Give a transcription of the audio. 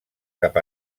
cap